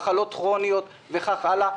מי שסובל ממחלות כרוניות וכך הלאה.